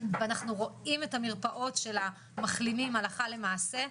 ואנחנו רואים את המרפאות של המחלימים הלכה למעשה.